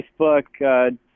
Facebook